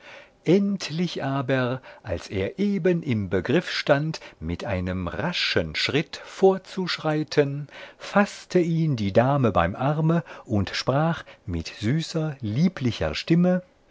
endlich aber als er eben im begriff stand mit einem raschen schritt vorzuschreiten faßte ihn die dame beim arme und sprach mit süßer lieblicher stimme